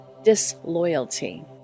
disloyalty